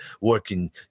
working